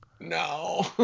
no